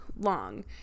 long